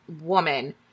woman